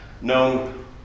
known